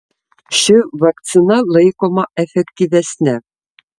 ši vakcina laikoma efektyvesne